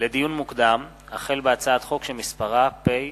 לדיון מוקדם: החל בהצעת חוק פ/1952/18